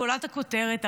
גולת הכותרת,